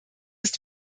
ist